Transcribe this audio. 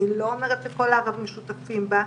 אני לא אומרת שכל הערבים שותפים בה,